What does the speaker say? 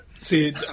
See